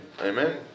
Amen